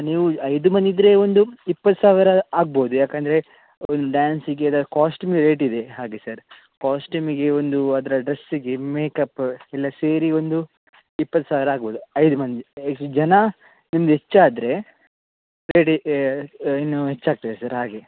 ನೀವು ಐದು ಮಂದಿ ಇದ್ರೆ ಒಂದು ಇಪ್ಪತ್ತು ಸಾವಿರ ಆಗ್ಬೋದು ಯಾಕಂದರೆ ಒಂದು ಡ್ಯಾನ್ಸಿಗೆ ಇದರ ಕಾಸ್ಟ್ಯೂಮೆ ರೇಟಿದೆ ಹಾಗೆ ಸರ್ ಕಾಸ್ಟ್ಯೂಮಿಗೆ ಒಂದು ಅದರ ಡಸ್ಸಿಗೆ ಮೇಕಪ್ ಎಲ್ಲಾ ಸೇರಿ ಒಂದು ಇಪ್ಪತ್ತು ಸಾವಿರ ಆಗ್ಬೋದು ಐದು ಮಂದಿ ಜನ ನಿಮ್ದು ಹೆಚ್ಚಾದರೆ ಇನ್ನೂ ಹೆಚ್ಚಾಗ್ತದೆ ಸರ್ ಹಾಗೆ